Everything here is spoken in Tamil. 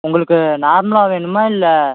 உங்களுக்கு நார்மலாக வேணுமா இல்லை